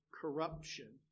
corruption